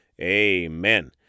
amen